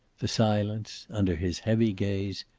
the silence, under his heavy gaze,